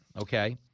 Okay